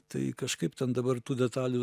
tai kažkaip ten dabar tų detalių